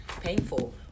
painful